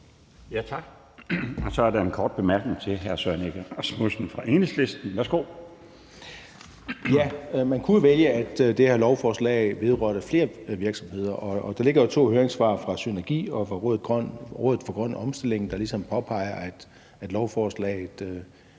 Tak. Så er der en kort bemærkning fra hr. Søren Egge Rasmussen fra Enhedslisten. Værsgo. Kl. 16:38 Søren Egge Rasmussen (EL): Man kunne jo vælge, at det her lovforslag vedrører flere virksomheder, og der ligger jo to høringssvar fra SYNERGI og Rådet for Grøn Omstilling, der ligesom påpeger, at lovforslaget